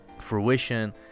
fruition